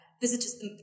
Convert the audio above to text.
visitors